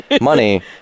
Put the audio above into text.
money